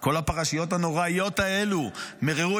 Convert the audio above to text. אתה כלומניק.